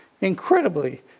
incredibly